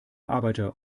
arbeiter